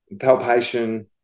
palpation